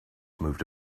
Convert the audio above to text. moved